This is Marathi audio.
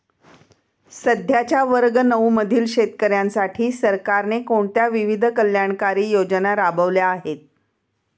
सध्याच्या वर्ग नऊ मधील शेतकऱ्यांसाठी सरकारने कोणत्या विविध कल्याणकारी योजना राबवल्या आहेत?